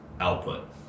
output